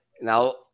Now